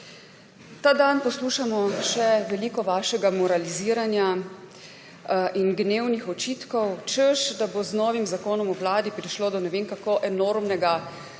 Ta dan poslušamo tudi veliko vašega moraliziranja in gnevnih očitkov, češ da bo z novim zakonom o vladi prišlo do ne vem kako enormnega